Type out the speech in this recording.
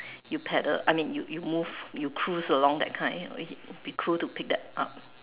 you pedal I mean you you move you cruise along that kind you it'll be cool to pick that up